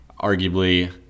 arguably